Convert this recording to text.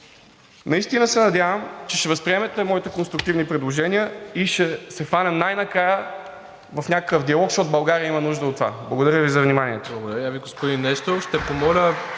Наистина се надявам, че ще възприемете моите конструктивни предложения и ще се хванем най-накрая в някакъв диалог, защото България има нужда от това. Благодаря Ви за вниманието.